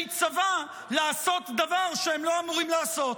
צבא לעשות דבר שהם לא אמורים לעשות.